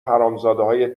حرامزادههای